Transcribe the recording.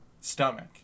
stomach